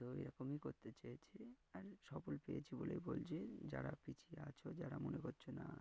তো এরকমই করতে চেয়েছি আর সফল পেয়েছি বলেই বলছি যারা পিছিয়ে আছো যারা মনে করছো না